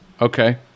okay